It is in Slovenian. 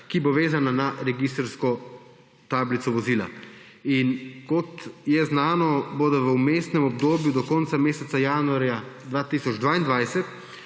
ki bo vezana na registrsko tablico vozila. Kot je znano, bodo v vmesnem obdobju do konca meseca januarja 2022